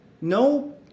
No